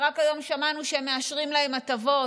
ורק היום שמענו שהם מאשרים להם הטבות?